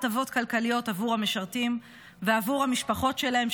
הטבות כלכליות עבור המשרתים ועבור המשפחות שלהם,